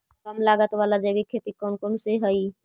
कम लागत वाला जैविक खेती कौन कौन से हईय्य?